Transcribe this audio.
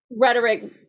rhetoric